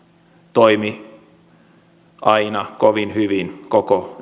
toimi aina kovin hyvin koko